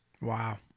Wow